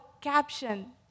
caption